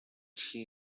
she